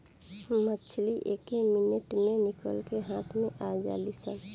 मछली एके मिनट मे निकल के हाथ मे आ जालीसन